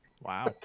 Wow